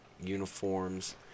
uniforms